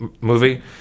movie